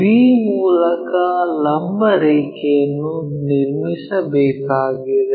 b ಮೂಲಕ ಲಂಬ ರೇಖೆಯನ್ನು ನಿರ್ಮಿಸಬೇಕಾಗಿದೆ